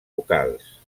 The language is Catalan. vocals